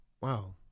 Wow